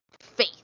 faith